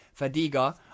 Fadiga